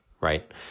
right